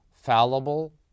fallible